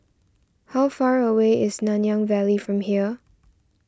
how far away is Nanyang Valley from here